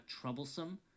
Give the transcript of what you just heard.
troublesome